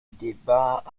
débat